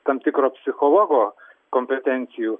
tam tikro psichologo kompetencijų